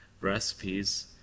recipes